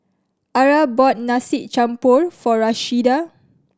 Arah bought Nasi Campur for Rashida